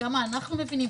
כמה אנחנו מבינים,